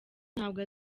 ntabwo